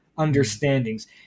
understandings